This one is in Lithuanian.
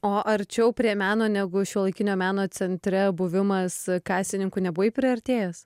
o arčiau prie meno negu šiuolaikinio meno centre buvimas kasininku nebuvai priartėjęs